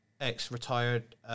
ex-retired